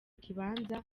kibanza